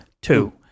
two